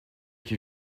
que